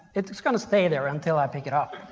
it's just gonna stay there until i pick it up.